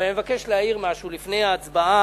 אבל אני מבקש להעיר משהו לפני ההצבעה.